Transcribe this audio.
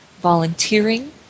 volunteering